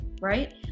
right